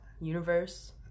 universe